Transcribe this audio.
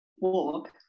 walk